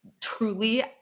truly